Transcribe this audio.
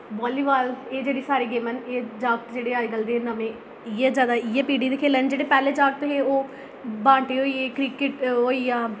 लीबाल एह् जेह्ड़ी सारी गैमां न जागत अज्जकल दे जेह्ड़े नमें इ'यै जैदा इ'यै पी़ढ़ी दे खेढा दे न जेह्ड़े पैह्ले जागत हे ओह् बांह्टे होई ऐ क्रिकट होई गेआ